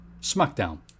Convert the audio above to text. Smackdown